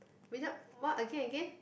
without what again again